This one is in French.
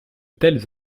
telles